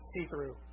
see-through